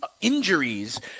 injuries